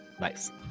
Nice